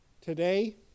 Today